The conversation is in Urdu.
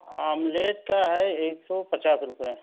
آملیٹ کا ہے ایک سو پچاس روپئے